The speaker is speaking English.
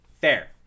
Fair